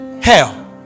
hell